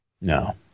No